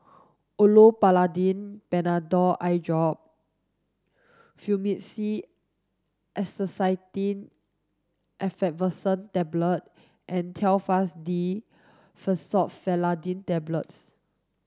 Olopatadine Patanol Eyedrop Fluimucil Acetylcysteine Effervescent Tablets and Telfast D Fexofenadine Tablets